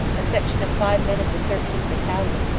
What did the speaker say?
a section of five men of the thirteenth. battalion,